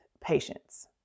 patience